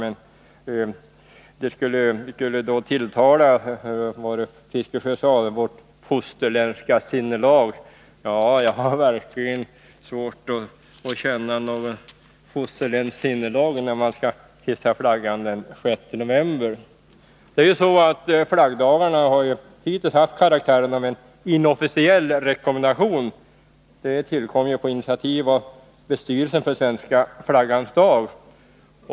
Bertil Fiskesjö sade att det skulle tilltala vårt fosterländska sinnelag. Jag har verkligen svårt att känna något fosterländskt sinnelag om man hissar flaggan den 6 november. Flaggdagarna har hittills haft karaktären av en inofficiell rekommendation. Denna tillkom på initiativ av bestyrelsen för Svenska flaggans dag.